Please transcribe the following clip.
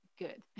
good